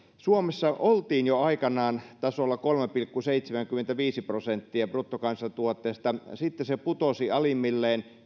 suomessa oltiin jo aikanaan tasolla kolme pilkku seitsemänkymmentäviisi prosenttia bruttokansantuotteesta sitten se putosi alimmilleen